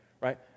right